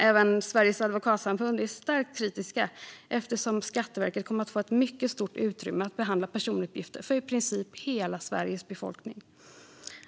Även Sveriges advokatsamfund är starkt kritiskt, eftersom Skatteverket kommer att få ett mycket stort utrymme att behandla personuppgifter för i princip hela Sveriges befolkning.